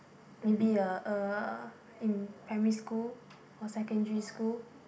maybe uh uh primary school or secondary school